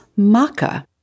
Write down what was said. maca